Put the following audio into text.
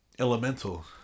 Elemental